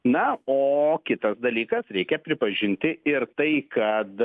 na o kitas dalykas reikia pripažinti ir tai kad